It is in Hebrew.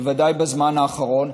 בוודאי בזמן האחרון,